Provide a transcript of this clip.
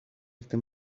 arte